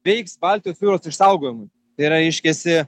veiks baltijos jūros išsaugojimui tai yra reiškiasi